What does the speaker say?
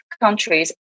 countries